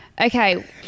Okay